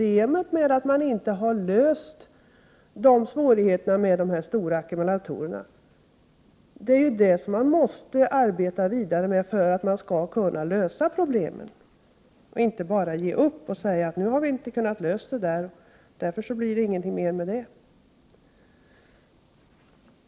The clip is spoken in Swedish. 1988/89:115 klarat svårigheterna med de stora ackumulatorerna. Det är det man måste arbeta vidare med för att kunna lösa problemet. Man får inte bara ge upp och säga: Nu har vi inte kunnat klara det här, och därför blir det ingenting mer med det.